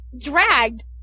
dragged